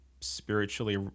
spiritually